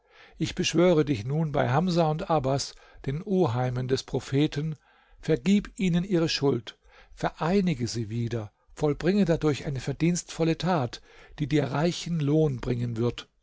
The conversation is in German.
ich beschwöre dich nun bei hamsa und abbas den oheimen des propheten vergib ihnen ihre schuld vereinige sie wieder vollbringe dadurch eine verdienstvolle tat die dir reichen lohn bringen wird